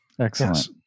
Excellent